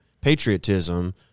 patriotism